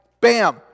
bam